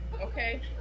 okay